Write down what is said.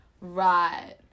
Right